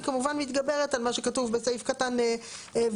היא כמובן מתגברת על מה שכתוב בסעיף קטן (ו),